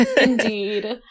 indeed